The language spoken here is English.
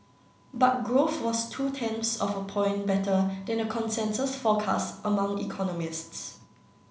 but growth was two tenths of a point better than a consensus forecast among economists